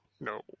no